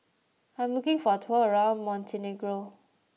I am looking for a tour around Montenegro